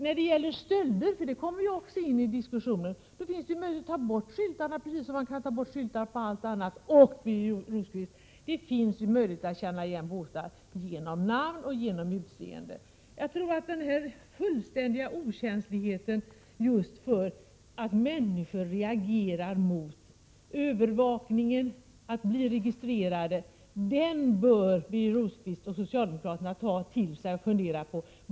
När det gäller stölder — det kommer också in i diskussionen — finns det ju möjlighet att ta bort skyltarna, precis som man kan göra i andra fall. Det finns ju möjlighet att känna igen båtar med hjälp av namn och utseende. Jag tror att Birger Rosqvist och socialdemokraterna skall fundera över denna fullständiga okänslighet just inför att människor reagerar mot 57 övervakning och registrering.